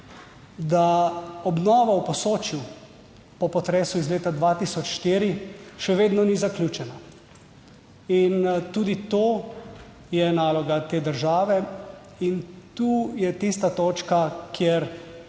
da obnova v Posočju po potresu iz leta 2004 še vedno ni zaključena in tudi to je naloga te države. In tu je tista točka, kjer